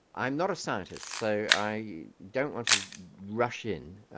i'm not a scientist so i don't want to rush in